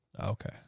Okay